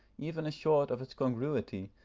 even assured of its congruity,